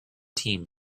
team